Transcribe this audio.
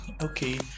Okay